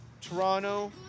Toronto